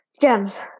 Gems